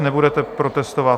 Nebudete protestovat?